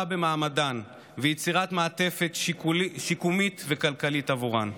במעמדן ויצירת מעטפת שיקומית וכלכלית עבורן.